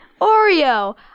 Oreo